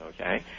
Okay